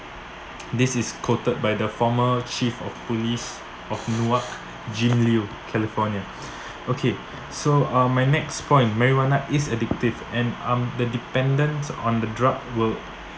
this is quoted by the former chief of police of newark jim liu california okay so um my next point marijuana is addictive and um the dependence on the drug will